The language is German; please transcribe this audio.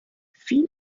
viel